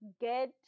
get